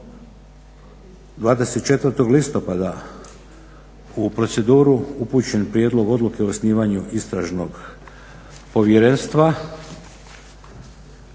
24.listopada u proceduru upućen prijedlog odluke o osnivanju istražnog povjerenstva